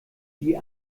die